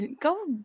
go